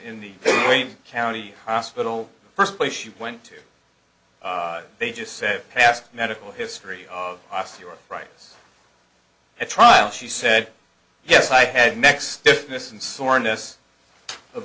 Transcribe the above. in the wayne county hospital first place you went to they just said past medical history of osteoarthritis at trial she said yes i had